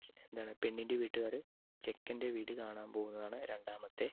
എന്താണ് പെണ്ണിൻ്റെ വീട്ടുകാർ ചെക്കൻ്റെ വീടു കാണാൻ പോകുന്നതാണ് രണ്ടാമത്തെ